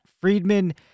Friedman